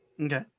okay